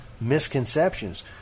misconceptions